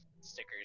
stickers